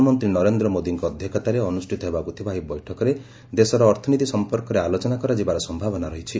ପ୍ରଧାନମନ୍ତ୍ରୀ ନରେନ୍ଦ୍ର ମୋଦୀଙ୍କ ଅଧ୍ୟକ୍ଷତାରେ ଅନୁଷ୍ଠିତ ହେବାକୁ ଥିବା ଏହି ବୈଠକରେ ଦେଶର ଅର୍ଥନୀତି ସମ୍ପର୍କରେ ଆଲୋଚନା କରାଯିବାର ସମ୍ଭାବନା ରହିଛି